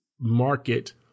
market